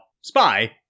Spy